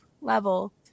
level